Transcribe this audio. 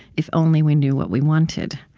if only we knew what we wanted?